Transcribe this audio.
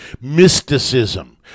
mysticism